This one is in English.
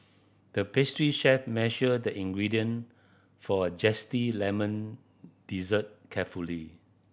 the pastry chef measured the ingredient for a zesty lemon dessert carefully